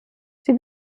sie